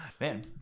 man